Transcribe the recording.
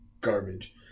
garbage